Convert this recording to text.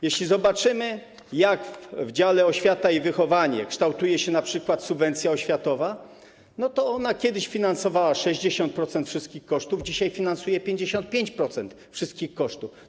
Jeśli zobaczymy, jak w dziale: Oświata i wychowanie kształtuje się np. subwencja oświatowa, to okaże się, że ona kiedyś finansowała 60% wszystkich kosztów, a dzisiaj finansuje 55% wszystkich kosztów.